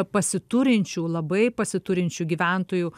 pasiturinčių labai pasiturinčių gyventojų